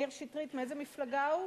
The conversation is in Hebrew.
מאיר שטרית, מאיזו מפלגה הוא?